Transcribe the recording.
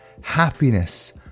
happiness